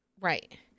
right